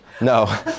no